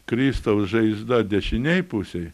kristaus žaizda dešinėj pusėj